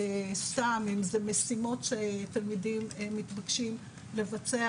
אם זה משימות שתלמידים מתבקשים לבצע,